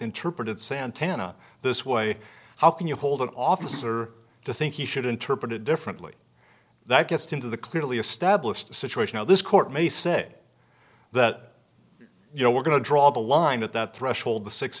interpreted santana this way how can you hold an officer to think you should interpret it differently that gets into the clearly established situation of this court may say that you know we're going to draw the line at that threshold the six